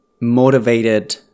motivated